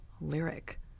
lyric